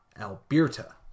Alberta